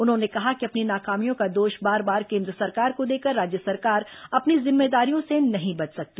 उन्होंने कहा कि अपनी नाकामियों का दोष बार बार केन्द्र सरकार को देकर राज्य सरकार अपनी जिम्मेदारियों से नहीं बच सकती